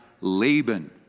Laban